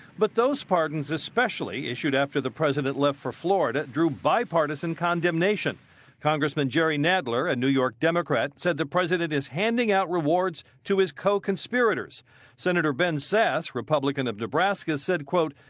but those pardons especially issued after the president left for florida drew bipartisan condemnation congressman jerry nadler, a new york democrat, said the president is handing out rewards to his co-conspirators senator ben sasse, republican of nebraska, said, quote,